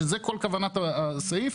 שזה כל כוונת הסעיף,